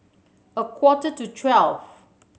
a quarter to twelve